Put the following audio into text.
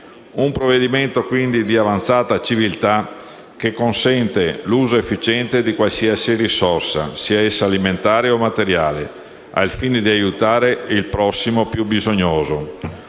Un provvedimento, quindi, di avanzata civiltà che consente l'uso efficiente di qualsiasi risorsa, sia essa alimentare o materiale, al fine di aiutare il prossimo più bisognoso.